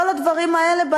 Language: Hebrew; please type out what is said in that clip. כל הדברים האלה,